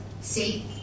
See